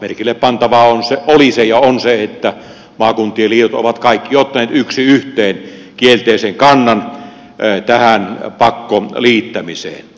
merkillepantavaa oli se ja on se että maakuntien liitot ovat kaikki ottaneet yksi yhteen kielteisen kannan tähän pakkoliittämiseen